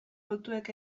hautuek